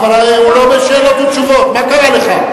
כל, אבל הוא לא עונה בשאלות ותשובות, מה קרה לך?